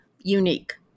unique